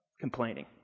complaining